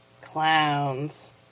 Clowns